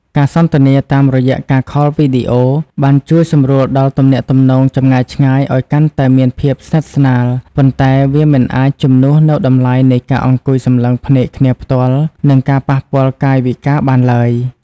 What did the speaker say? ការសន្ទនាតាមរយៈការខលវីដេអូ បានជួយសម្រួលដល់ទំនាក់ទំនងចម្ងាយឆ្ងាយឱ្យកាន់តែមានភាពស្និទ្ធស្នាល ប៉ុន្តែវាមិនអាចជំនួសនូវតម្លៃនៃការអង្គុយសម្លឹងភ្នែកគ្នាផ្ទាល់ និងការប៉ះពាល់កាយវិការបានឡើយ។